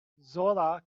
zora